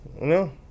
No